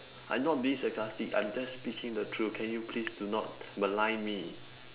I'm not being sarcastic I am just speaking the truth can you please do not malign me